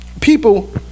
people